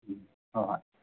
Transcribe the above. ꯎꯝ ꯍꯣꯏ ꯍꯣꯏ